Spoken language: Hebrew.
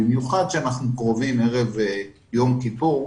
במיוחד כשאנחנו קרובים לערב יום כיפור.